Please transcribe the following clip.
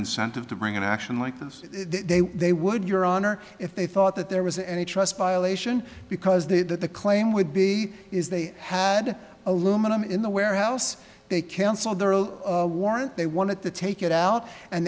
incentive to bring an action like this they would your honor if they thought that there was any trust violation because they that the claim would be is they had aluminum in the warehouse they cancelled their warrant they wanted to take it out and